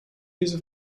diese